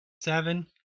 seven